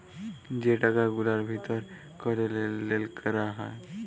যে টাকা গুলার ভিতর ক্যরে লেলদেল ক্যরা হ্যয়